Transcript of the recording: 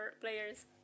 players